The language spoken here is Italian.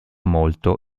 molto